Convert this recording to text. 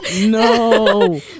no